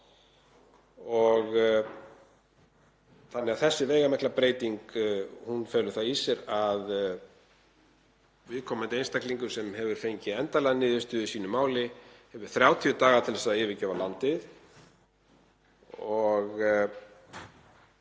og húsnæði. Þessi veigamikla breyting felur það í sér að viðkomandi einstaklingur sem hefur fengið endanlega niðurstöðu í sínu máli hefur 30 daga til að yfirgefa landið.